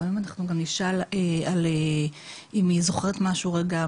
נשאל על אירועים חריגים לאורך הילדות שלה.